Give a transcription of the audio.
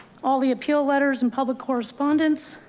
all the appeal letters and public correspondence.